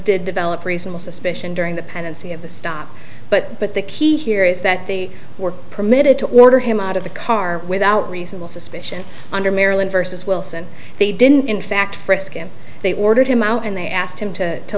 did develop recently suspicion during the pendency of the stop but but the key here is that they were permitted to order him out of the car without reasonable suspicion under maryland versus wilson they didn't in fact frisk him they ordered him out and they asked him to